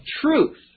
truth